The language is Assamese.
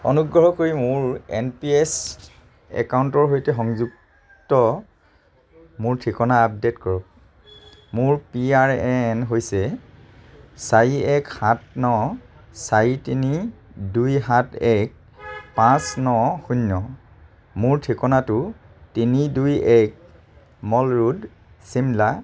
অনুগ্ৰহ কৰি মোৰ এন পি এছ একাউণ্টৰ সৈতে সংযুক্ত মোৰ ঠিকনা আপডেট কৰক মোৰ পি আৰ এ এন হৈছে চাৰি এক সাত ন চাৰি তিনি দুই সাত এক পাঁচ ন শূন্য মোৰ ঠিকনাটো তিনি দুই এক মল ৰোড ছিমলা